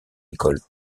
école